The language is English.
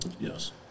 Yes